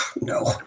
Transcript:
No